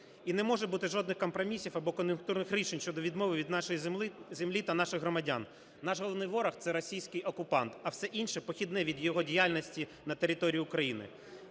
І не може бути жодних компромісів або кон'юнктурних рішень щодо відмови від нашої землі та наших громадян. Наш головний ворог – це російський окупант. А все інше – похідне від його діяльності на території України.